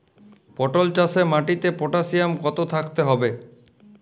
পটল চাষে মাটিতে পটাশিয়াম কত থাকতে হবে?